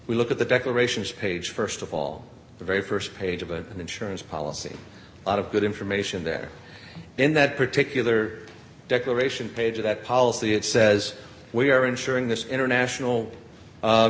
we look at the declarations page st of all the very st page of an insurance policy a lot of good information there in that particular declaration page that policy it says we are insuring this international